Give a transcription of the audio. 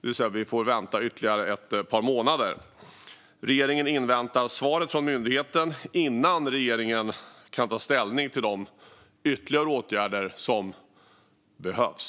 Vi får alltså vänta ytterligare ett par månader. Regeringen inväntar svaret från myndigheten innan regeringen kan ta ställning till vilka ytterligare åtgärder som behövs.